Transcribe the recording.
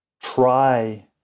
try